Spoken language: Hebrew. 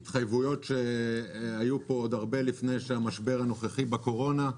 התחייבויות שהיו פה עוד הרבה לפני המשבר הנוכחי של הקורונה.